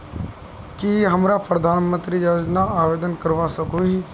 की हमरा प्रधानमंत्री योजना आवेदन करवा सकोही?